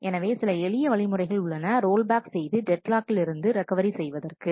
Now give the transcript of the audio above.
எனவே சில எளிய வழிமுறைகள் உள்ளன ரோல் பேக் செய்து டெட் லாக்கில் இருந்து இருந்து ரெக்கவரி செய்வதற்கு